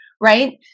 right